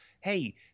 hey